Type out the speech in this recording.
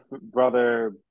brother